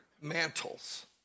mantles